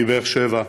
מבאר שבע.